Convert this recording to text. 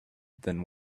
then